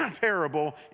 parable